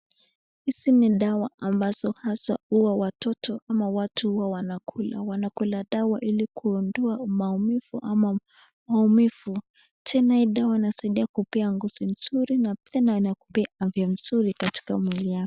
Hizi ni dawa ambazo hasa huwa watoto au watu huwa wanakula, dawa ilikuondoa maumivu. Tena hii dawa inasaidia kukupea nguvu zuri na tena inakupea afya zuri katika miwili wako.